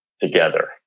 together